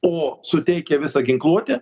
o suteikė visą ginkluotę